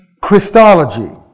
Christology